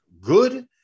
good